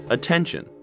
Attention